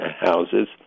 houses